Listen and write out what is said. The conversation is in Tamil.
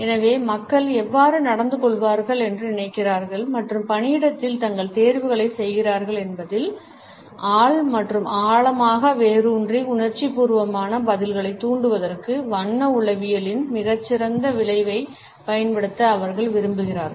எனவே மக்கள் எவ்வாறு நடந்துகொள்வார்கள் என்று நினைக்கிறார்கள் மற்றும் பணியிடத்தில் தங்கள் தேர்வுகளைச் செய்கிறார்கள் என்பதில் ஆழ் மற்றும் ஆழமாக வேரூன்றிய உணர்ச்சிபூர்வமான பதில்களைத் தூண்டுவதற்கு வண்ண உளவியலின் மிகச்சிறந்த விளைவைப் பயன்படுத்த அவர்கள் விரும்புகிறார்கள்